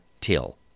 till